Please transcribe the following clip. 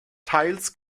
teils